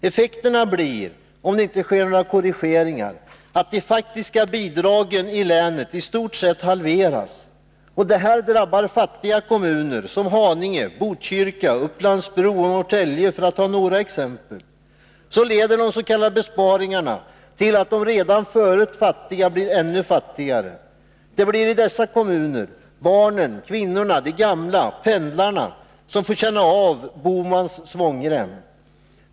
Effekterna blir, om det inte görs några korrigeringar, att de faktiska bidragen till länet i stort sett halveras. Detta drabbar fattiga kommuner som Haninge, Botkyrka, Upplands-Bro och Norrtälje, för att ta några exempel. Så leder de s.k. besparingarna till att de redan förut fattiga blir ännu fattigare. Det blir i dessa kommuner barnen, kvinnorna, de gamla och pendlarna som får känna av Gösta Bohmans svångrem.